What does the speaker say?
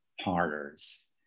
partners